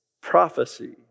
Prophecy